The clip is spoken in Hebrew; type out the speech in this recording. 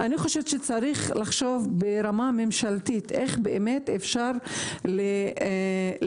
צריך לחשוב ברמה ממשלתית איך באמת אפשר להקל